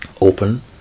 open